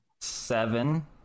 Seven